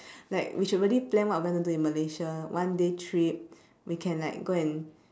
like we should really plan what we want to do in malaysia one day trip we can like go and